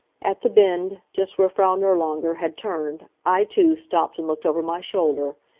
at the bend, just where frau nirlanger had turned, i too stopped and looked over my shoulder.